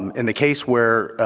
in the case where